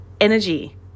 energy